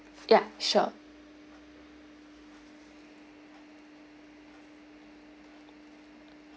yeah sure